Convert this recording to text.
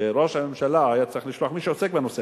ראש הממשלה היה צריך לשלוח מי שעוסק בנושא,